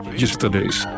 yesterday's